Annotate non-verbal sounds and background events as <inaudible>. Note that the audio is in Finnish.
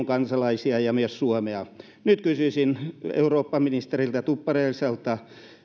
<unintelligible> kansalaisia ja myös suomea nyt kysyisin eurooppaministeri tuppuraiselta